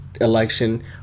election